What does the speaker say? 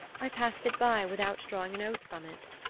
i passed it by without drawing an oath from it.